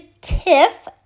TIFF